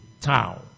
town